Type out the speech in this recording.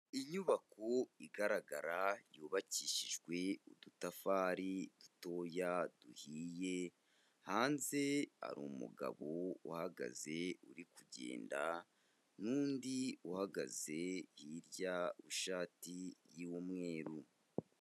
Inyubako igaragara yubakishijwe udutafari dutoya duhiye, hanze hari umugabo uhagaze uri kugenda, n'undi uhagaze hirya w'ishati y'umweru.